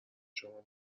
شما